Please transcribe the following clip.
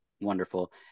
wonderful